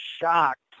shocked